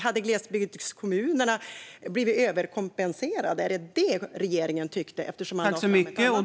Hade glesbygdskommunerna blivit överkompenserade? Var det detta som regeringen tyckte eftersom man lade fram ett annat förslag?